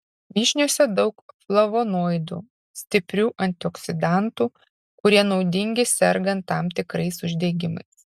vyšniose daug flavonoidų stiprių antioksidantų kurie naudingi sergant tam tikrais uždegimais